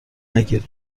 نگیر